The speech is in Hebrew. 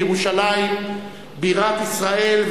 לירושלים בירת ישראל,